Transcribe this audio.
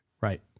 Right